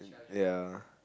ya